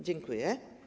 Dziękuję.